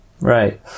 Right